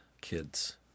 kids